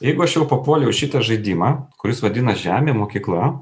jeigu aš jau papuoliau į šitą žaidimą kuris vadinas žemė mokykla